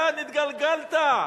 לאן התגלגלת?